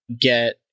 get